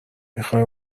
میخوای